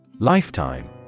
Lifetime